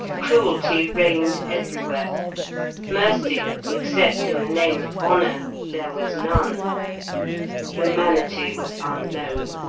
cruelty reigned everywhere mercy, except in the name of honour, there was none humanity was unknown.